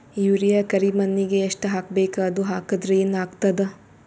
Urea ಕರಿಮಣ್ಣಿಗೆ ಎಷ್ಟ್ ಹಾಕ್ಬೇಕ್, ಅದು ಹಾಕದ್ರ ಏನ್ ಆಗ್ತಾದ?